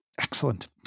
Excellent